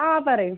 ആ പറയൂ